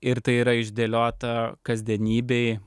ir tai yra išdėliota kasdienybėj